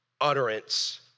utterance